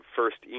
First